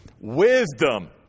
wisdom